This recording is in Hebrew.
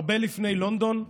הרבה לפני לונדון,